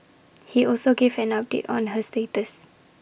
he also gave an update on her status